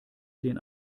den